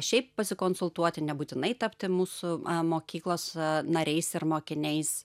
šiaip pasikonsultuoti nebūtinai tapti mūsų mokyklos nariais ir mokiniais